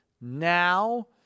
now